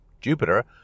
Jupiter